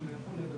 זה הכול.